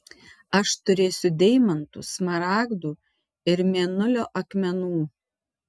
aš turėsiu deimantų smaragdų ir mėnulio akmenų